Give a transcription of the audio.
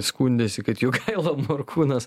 skundėsi kad jogaila morkūnas